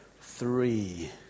three